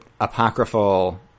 apocryphal